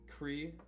Kree